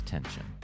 Tension